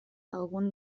algun